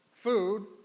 food